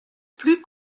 plus